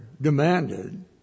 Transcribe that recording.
demanded